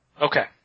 Okay